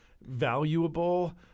valuable